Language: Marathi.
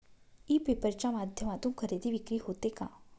ई पेपर च्या माध्यमातून खरेदी विक्री होते का?